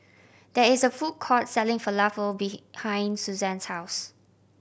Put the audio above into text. there is a food court selling Falafel behind Suzanne's house